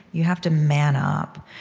you have to man up.